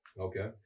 Okay